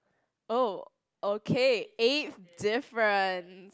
oh okay eighth difference